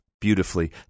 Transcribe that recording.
beautifully